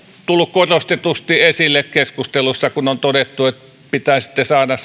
tullut korostetusti esille keskustelussa kun on todettu että pitää sitten saada